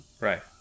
Right